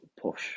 push